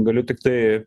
galiu tiktai